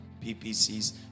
PPCs